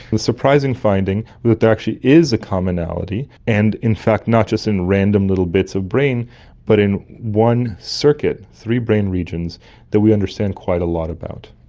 the surprising finding that there actually is a commonality, and in fact not just in random little bits of brain but in one circuit, three brain regions that we understand quite a lot about.